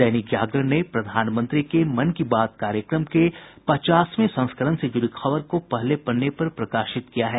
दैनिक जागरण ने प्रधानमंत्री के मन की बात कार्यक्रम के पचासवें संस्करण से ज़्ड़ी खबर को पहले पन्ने पर प्रकाशित किया है